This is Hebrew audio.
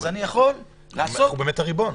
ואנחנו יכולים לעשות כל --- אבל אנחנו באמת הריבון.